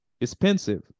expensive